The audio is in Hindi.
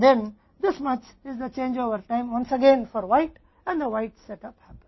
और फिर यह सफेद के लिए एक बार फिर से बदलाव का समय है और सफेद सेटअप होता है